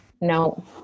No